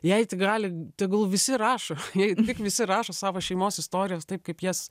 jei tik gali tegul visi rašo jei tik visi rašo savo šeimos istorijas taip kaip jas